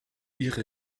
ihre